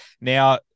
now